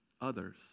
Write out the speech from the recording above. others